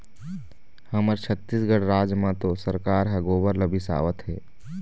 हमर छत्तीसगढ़ राज म तो सरकार ह गोबर ल बिसावत हे